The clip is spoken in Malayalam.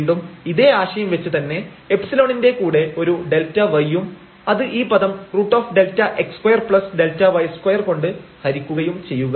വീണ്ടും ഇതേ ആശയം വെച്ച് തന്നെ എപ്സിലണിന്റെ കൂടെ ഒരു Δy ഉം അത് ഈ പദം √Δx2Δy2 കൊണ്ട് ഹരിക്കുകയും ചെയ്യുക